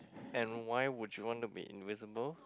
and why would you want to be invisible